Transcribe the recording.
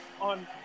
on